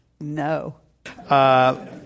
No